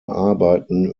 arbeiten